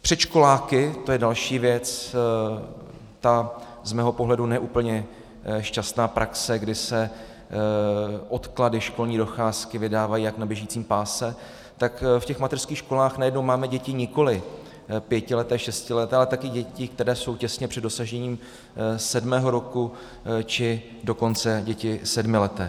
Předškoláky, to je další věc ta z mého pohledu ne úplně šťastná praxe, kdy se odklady školní docházky vydávají jak na běžícím páse, tak v těch mateřských školách najednou máme děti nikoliv pětileté, šestileté, ale také děti, které jsou těsně před dosažením sedmého roku, či dokonce děti sedmileté.